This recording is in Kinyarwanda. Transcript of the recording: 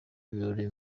birori